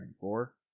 four